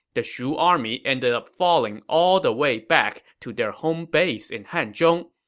the shu army ended up falling all the way back to their home base in hanzhong.